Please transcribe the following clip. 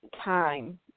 time